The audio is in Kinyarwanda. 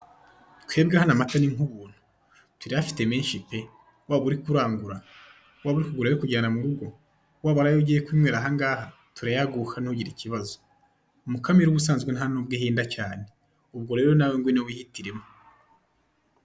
Twebwe hano amata ni nk'ubuntu, turayafite menshi pe, waba uri kurangura, waba uri kugura ayo kujyana mu rugo, waba ari ayo ugiye kunywera ahangaha, turayaguha ntugire ikibazo, Mukamira ubusanzwe ntan'ubwo ihenda cyane, ubwo rero nawe ngwino wihitiremo.